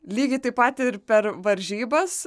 lygiai taip pat ir per varžybas